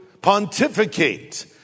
pontificate